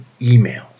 emails